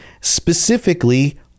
specifically